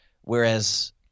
whereas